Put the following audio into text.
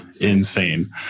insane